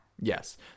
Yes